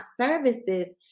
services